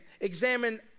examine